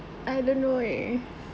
I don't know eh